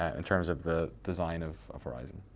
ah in terms of the design of of horizon?